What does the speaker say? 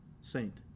saint